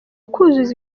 kuzuza